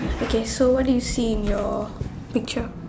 okay so what do you see in your picture